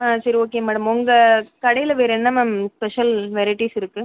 ஆ சரி okay madam உங்கள் கடையில் வேறு என்ன மேம் ஸ்பெஷல் வெரைட்டிஸ் இருக்குது